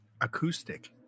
Acoustic